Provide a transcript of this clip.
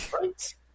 Right